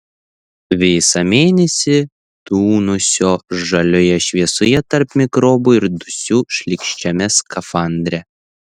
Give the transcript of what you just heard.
visą mėnesį tūnosiu žalioje šviesoje tarp mikrobų ir dusiu šlykščiame skafandre